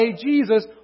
Jesus